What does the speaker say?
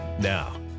Now